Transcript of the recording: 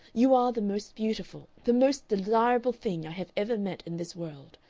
you are the most beautiful, the most desirable thing i have ever met in this world.